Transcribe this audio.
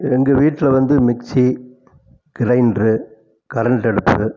எங்கள் வீட்டில் வந்து மிக்ஸி கிரைண்ட்ரு கரன்ட்டு அடுப்பு